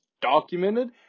documented